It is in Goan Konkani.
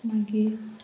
मागीर